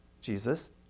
Jesus